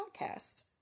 Podcast